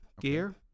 Gear